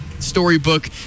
storybook